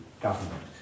government